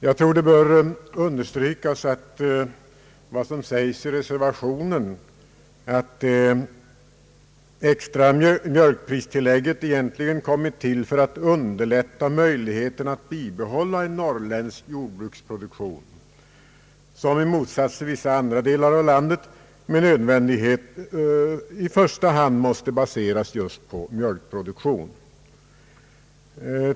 Jag tror att man bör understryka vad som sägs i reservationen, att det extra mjölkpristillägget egentligen tillkommit för att öka möjligheterna att bibehålla en norrländsk jordbruksproduktion, som i motsats till jordbruksproduktionen i vissa andra delar av landet med nödvändighet i första hand måste baseras just på mjölken.